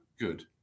good